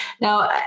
now